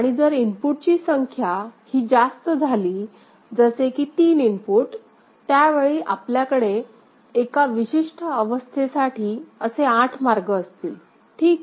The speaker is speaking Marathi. आणि जर इनपुटची संख्या ही जास्त झाली जसे की 3 इनपुट त्यावेळी आपल्याकडे एका विशिष्ट अवस्थेसाठी असे 8 मार्ग असतील ठीक